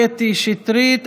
קטי שטרית,